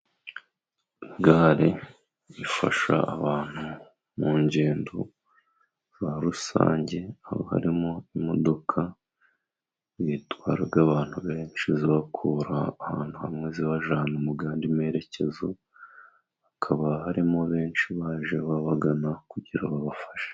Gare ifasha abantu mu ngendo za rusange, aho harimo imodoka zitwara abantu benshi, zibakura ahantu hamwe zibajyanye muyandi merekezo, hakaba harimo benshi baje babagana, kugirango babafashe.